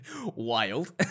wild